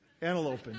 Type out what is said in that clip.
Antelope